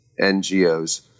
NGOs